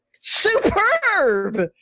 Superb